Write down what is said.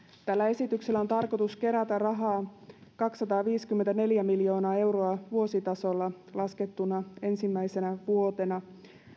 tällä esityksellä on tarkoitus kerätä rahaa kaksisataaviisikymmentäneljä miljoonaa euroa vuositasolla laskettuna ensimmäisenä vuotena